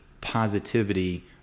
positivity